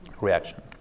reaction